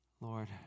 Lord